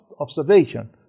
observation